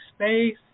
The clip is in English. space